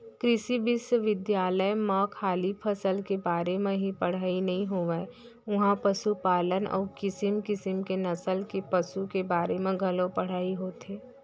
कृषि बिस्वबिद्यालय म खाली फसल के बारे म ही पड़हई नइ होवय उहॉं पसुपालन अउ किसम किसम के नसल के पसु के बारे म घलौ पढ़ाई होथे